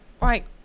right